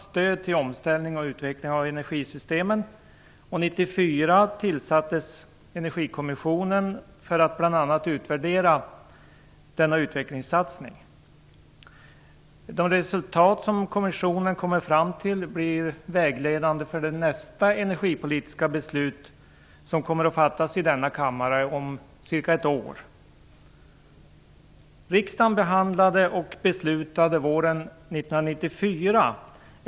stöd till omställning och utveckling av energisystemen, och 1994 tillsattes energikommissionen för att bl.a. utvärdera denna utvecklingssatsning. De resultat som kommissionen kommer fram till blir vägledande för nästa energipolitiska beslut, som kommer att fattas i denna kammare om ca ett år.